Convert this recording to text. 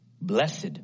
Blessed